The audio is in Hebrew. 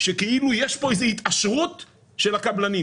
שכאילו יש פה איזה התעשרות של הקבלנים.